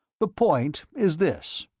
the point is this,